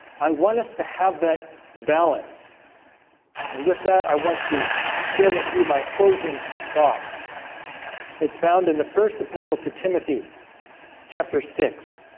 i want us to have that balance and with that i want to share with you my closing thought it's found in the first epistle to timothy chapter six